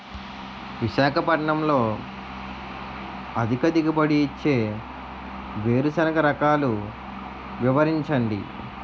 విశాఖపట్నంలో అధిక దిగుబడి ఇచ్చే వేరుసెనగ రకాలు వివరించండి?